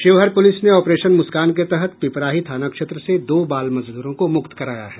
Sheohar police ने operation Muskan के तहत पिपराही थाना क्षेत्र से दो बाल मजदूरों को मुक्त कराया है